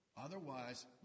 Otherwise